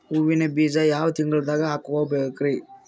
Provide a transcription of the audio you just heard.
ಹೂವಿನ ಬೀಜ ಯಾವ ತಿಂಗಳ್ದಾಗ್ ಹಾಕ್ಬೇಕರಿ?